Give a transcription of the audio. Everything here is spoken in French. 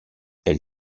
elle